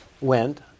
went